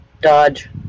Dodge